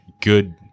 good